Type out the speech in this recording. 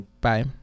Bye